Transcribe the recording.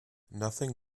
nothing